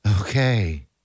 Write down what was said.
okay